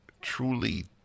truly